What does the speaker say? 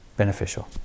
beneficial